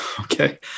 okay